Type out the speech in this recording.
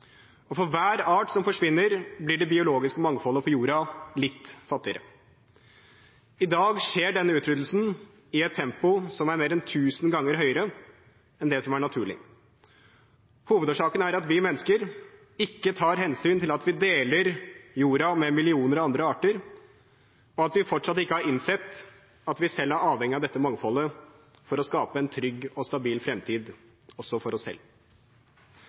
gjør. For hver art som forsvinner, blir det biologiske mangfoldet på jorden litt fattigere. I dag skjer denne utryddelsen i et tempo som er mer enn tusen ganger høyere enn det som er naturlig. Hovedårsaken er at vi mennesker ikke tar hensyn til at vi deler jorden med millioner av andre arter, og at vi fortsatt ikke har innsett at vi selv er avhengige av dette mangfoldet for å skape en trygg og stabil fremtid også for oss selv.